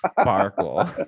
Sparkle